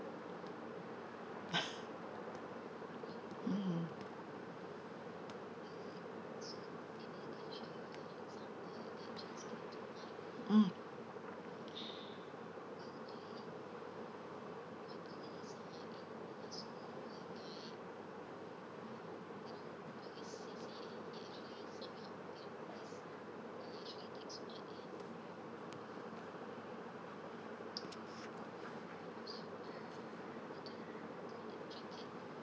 mm mm